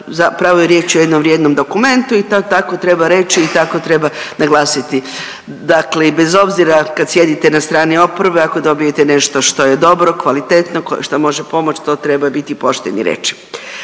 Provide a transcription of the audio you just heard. zapravo je riječ o jednom vrijednom dokumentu i to tako treba reći i tako treba naglasiti. Dakle, i bez obzira kad sjedite na strani oporbe ako dobijete nešto što je dobro, kvalitetno što može pomoć to treba biti pošten i reć.